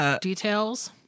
details